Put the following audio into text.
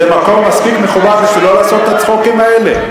זה מקום מספיק מכובד בשביל לא לעשות את הצחוקים האלה.